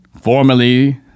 formerly